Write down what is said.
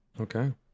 Okay